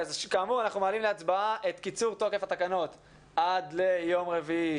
אנחנו מעלים להצבעה את קיצור תוקף התקנות עד ליום רביעי